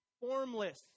formless